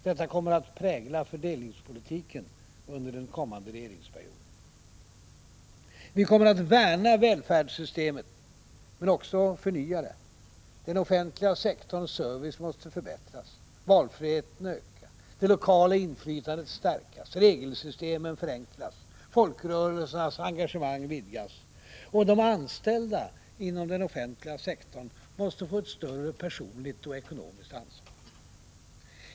Detta kommer att prägla fördelningspolitiken under den kommande regeringsperioden. Vi kommer att värna välfärdssystemet — men också förnya det. Den offentliga sektorns service måste förbättras. Valfriheten måste ökas, det lokala inflytandet stärkas, regelsystemen förenklas och folkrörelsernas engagemang vidgas. Och de anställda inom den offentliga sektorn måste få ett större personligt och ekonomiskt ansvar.